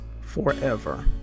forever